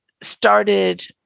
started